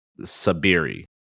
Sabiri